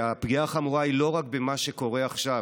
והפגיעה החמורה היא לא רק במה שקורה עכשיו,